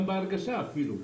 אפילו בהרגשה,